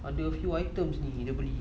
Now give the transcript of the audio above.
ada a few items lagi dia beli